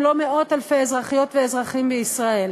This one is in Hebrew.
לא מאות-אלפי אזרחיות ואזרחים בישראל